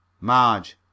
Marge